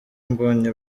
mbonyi